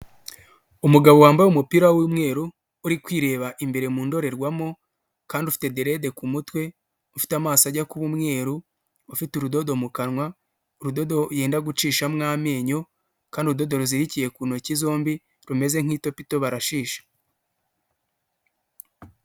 Umugabo wambaye umupira w'umweru uri kwireba imbere mu ndorerwamo kandi ufite derede ku mutwe, ufite amaso ajya kuba umweru ufite urudodo mu kanwa, urudodo yenda gucishamo amenyo kandi udodo ruzikiye ku ntoki zombi rumeze nk'itapito barashisha.